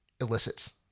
elicits